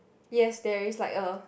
yes there is like a